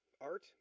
art